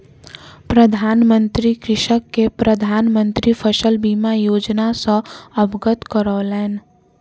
प्रधान मंत्री कृषक के प्रधान मंत्री फसल बीमा योजना सॅ अवगत करौलैन